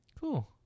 Cool